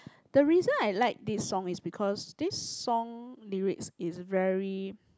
the reason I like this song is because this song lyrics is very